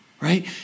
right